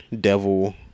devil